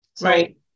right